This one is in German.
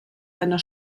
seiner